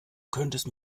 könntest